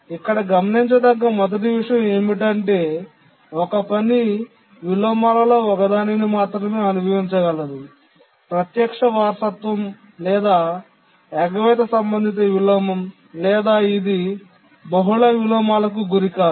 ఇక్కడ గమనించదగ్గ మొదటి విషయం ఏమిటంటే ఒక పని విలోమాలలో ఒకదానిని మాత్రమే అనుభవించగలదు ప్రత్యక్ష వారసత్వం లేదా ఎగవేత సంబంధిత విలోమం లేదా ఇది బహుళ విలోమాలకు గురికాదు